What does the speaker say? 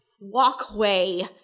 walkway